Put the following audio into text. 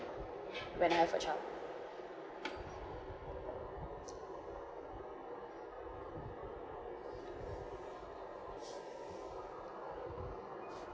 when I have a child